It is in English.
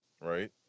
right